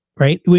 Right